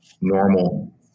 normal